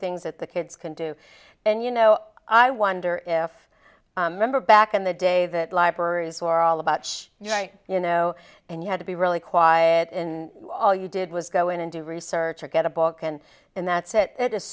things that the kids can do and you know i wonder if member back in the day that libraries were all about you know and you had to be really quiet and all you did was go in and do research or get a book and then that's it it is